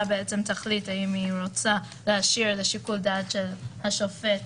תחליט האם היא רוצה להשאיר שיקול דעת לשופט